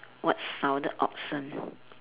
what sounded awesome